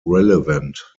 relevant